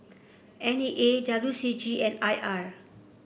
N E A W C G and I R